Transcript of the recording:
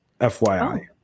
FYI